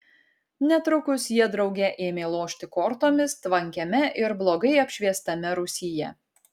netrukus jie drauge ėmė lošti kortomis tvankiame ir blogai apšviestame rūsyje